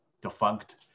defunct